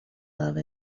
love